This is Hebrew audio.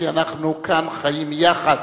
כי אנחנו כאן חיים יחד,